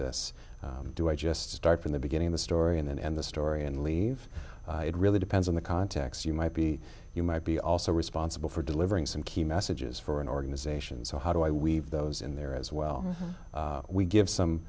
this do i just start from the beginning of the story and then end the story and leave it really depends on the context you might be you might be also responsible for delivering some key messages for an organization so how do i weave those in there as well we give some